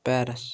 Paris